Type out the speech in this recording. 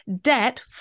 debt